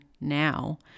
now